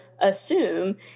assume